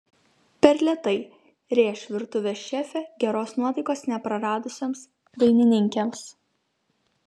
per lėtai rėš virtuvės šefė geros nuotaikos nepraradusioms dainininkėms